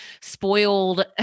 spoiled